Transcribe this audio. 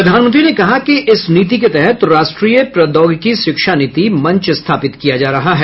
प्रधानमंत्री ने कहा कि इस नीति के तहत राष्ट्रीय प्रौद्योगिकी शिक्षा नीति मंच स्थापित किया जा रहा है